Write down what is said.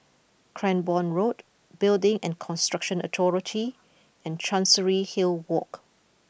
Cranborne Road Building and Construction Authority and Chancery Hill Walk